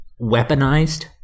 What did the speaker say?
weaponized